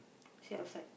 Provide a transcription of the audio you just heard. sit outside